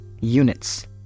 units